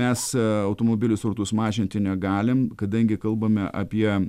mes automobilių srautus mažinti negalim kadangi kalbame apie